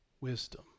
wisdom